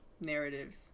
narrative